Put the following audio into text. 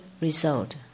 result